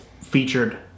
featured